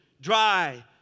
dry